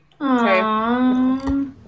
Okay